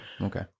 Okay